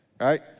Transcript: right